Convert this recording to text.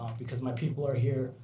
because my people are here.